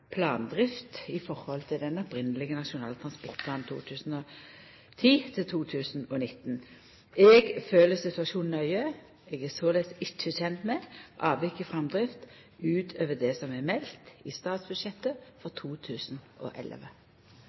i høve til den opphavlege NTP 2010–2019. Eg følgjer situasjonen nøye. Eg er såleis ikkje kjend med avvik i framdrift utover det som er meldt i statsbudsjettet for 2011.